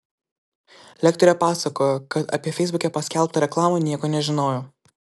lektorė pasakojo kad apie feisbuke paskelbtą reklamą nieko nežinojo